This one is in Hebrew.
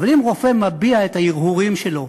אבל אם רופא מביע את ההרהורים שלו,